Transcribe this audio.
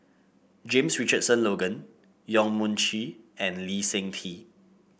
James Richardson Logan Yong Mun Chee and Lee Seng Tee